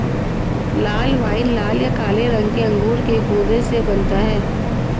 लाल wine लाल या काले रंग के अंगूर के गूदे से बनता है